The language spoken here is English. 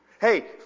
Hey